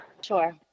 Sure